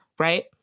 Right